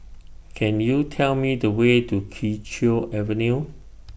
Can YOU Tell Me The Way to Kee Choe Avenue